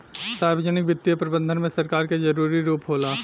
सार्वजनिक वित्तीय प्रबंधन में सरकार के जरूरी रूप होला